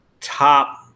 top